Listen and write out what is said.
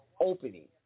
opening